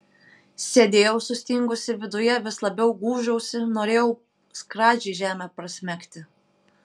sėdėjau sustingusi viduje vis labiau gūžiausi norėjau skradžiai žemę prasmegti